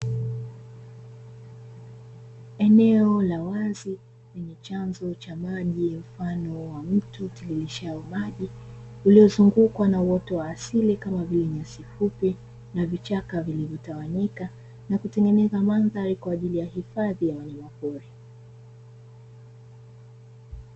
Eneo la wazi lenye chanzo cha maji mfano wa mto utiririshao maji, uliozungukwa na uoto wa asili kama vile nyasi fupi na vichaka vilivyotawanyika na kutengeneza mandhari kwa ajili ya uhifadhi wa wanyama pori.